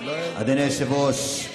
אדוני היושב-ראש,